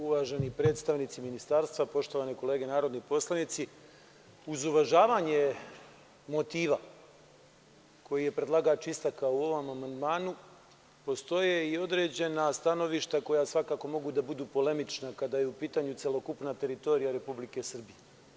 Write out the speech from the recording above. Uvaženi predstavnici ministarstva, poštovane kolege narodni poslanici, uz uvažavanje motiva koji je predlagač istakao u ovom amandmanu, postoje i određena stanovišta koja svakako mogu da budu polemična kada je u pitanju celokupna teritorija Republike Srbije.